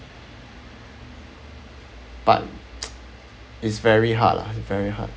but is very hard lah very hard